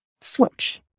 switch